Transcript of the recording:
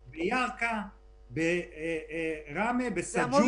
ירכא, ראמה, סאג'ור.